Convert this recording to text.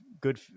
good